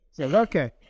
okay